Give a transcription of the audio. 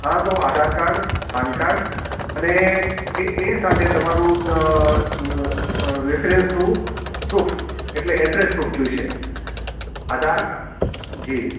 હા તો આધારકાર્ડ પાનકાર્ડ અને એ સાથે તમારું રેસિડન્સનું પ્રૂફ એટલે એડ્રેસ પ્રૂફ જોઈશે આધારકાર્ડ જી